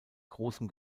großem